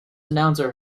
announcer